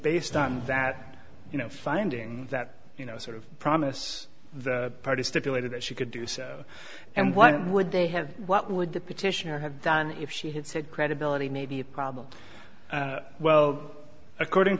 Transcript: based on that you know finding that you know sort of promise the party stipulated that she could do so and why would they have what would the petitioner have done if she had said credibility may be a problem well according